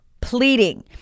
Pleading